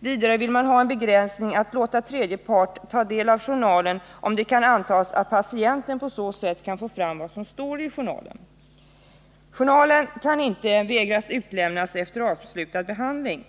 vill också ha en begränsning när det gäller att låta tredje part ta del av journalen, om det kan antas att patienten på så sätt kan få fram vad som står i journalen. Man kan inte vägra att utlämna journalen efter avslutad behandling.